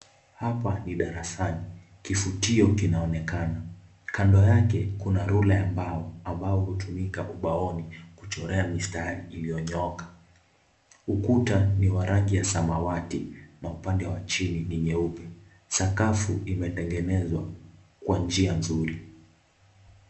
Hapa ni darasani, kifutio kinaonekana, kando yake kuna rula ya mbao ambayo hutumika ubaoni kuchora mistari ambayo iliyonyooka. Ukuta ni wa rangi ya samawati na upande wa chini ni nyeupe, sakafu imetengenezwa kwa njia nzuri.